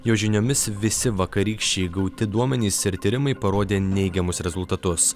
jo žiniomis visi vakarykščiai gauti duomenys ir tyrimai parodė neigiamus rezultatus